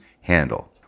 handle